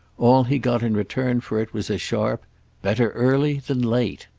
all he got in return for it was a sharp better early than late!